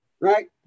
Right